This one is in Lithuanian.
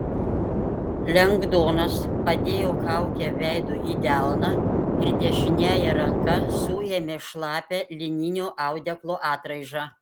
lengdonas padėjo kaukę veidu į delną ir dešiniąja ranka suėmė šlapią lininio audeklo atraižą